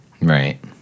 Right